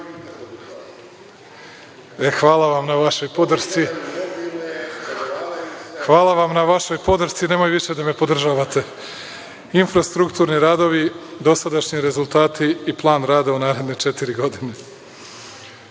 tvoji te ne podržavaju.)Hvala na vašoj podršci. Nemojte više da me podržavate. Infrastrukturni radovi, dosadašnji rezultati i plan rada u naredne četiri godine. Posle